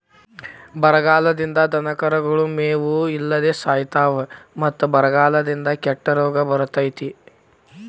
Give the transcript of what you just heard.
ಬರಗಾಲದಿಂದ ದನಕರುಗಳು ಮೇವು ಇಲ್ಲದ ಸಾಯಿತಾವ ಮತ್ತ ಬರಗಾಲದಿಂದ ಕೆಟ್ಟ ರೋಗ ಬರ್ತೈತಿ